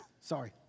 Sorry